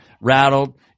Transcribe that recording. rattled